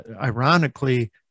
ironically